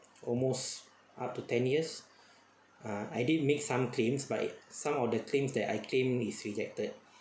almost up to ten years ah I did make some claims but some of the claims that I claim is rejected